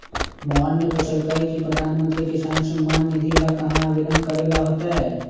मोहन ने पूछल कई की प्रधानमंत्री किसान सम्मान निधि ला कहाँ आवेदन करे ला होतय?